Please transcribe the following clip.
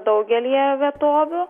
daugelyje vietovių